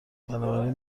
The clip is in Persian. بنابراین